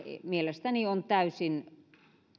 mielestäni on täysin